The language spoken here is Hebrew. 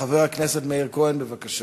חבר הכנסת מאיר כהן, בבקשה.